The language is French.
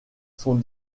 sont